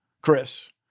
Chris